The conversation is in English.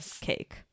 cake